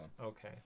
Okay